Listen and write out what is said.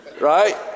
right